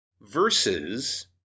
versus